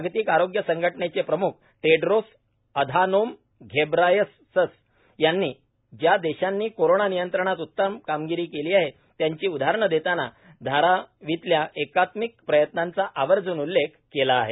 जागतिक आरोग्य संघटनेचे प्रमुख टेड्रोस अधानोम घेब्रायसस यांनी ज्या देशांनी कोरोना नियंत्रणात उतम कामगिरी केली त्यांची उदहारणं देताना धारावीतल्या एकात्मिक प्रयत्नांचा आवर्ज्न उल्लेख केला आहे